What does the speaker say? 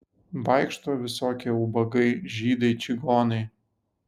vaikšto visokie ubagai žydai čigonai